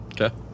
Okay